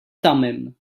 thummim